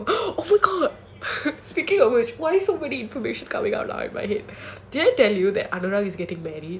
I know oh my god speaking of which why so many information coming out now in my head did I tell you anana is getting married